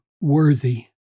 worthy